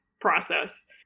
process